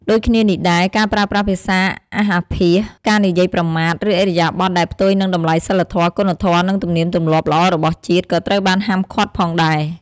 ដូចគ្នានេះដែរ ការប្រើប្រាស់ភាសាអាសអាភាស ការនិយាយប្រមាថ ឬឥរិយាបថដែលផ្ទុយនឹងតម្លៃសីលធម៌ គុណធម៌ និងទំនៀមទម្លាប់ល្អរបស់ជាតិ ក៏ត្រូវបានហាមឃាត់ផងដែរ។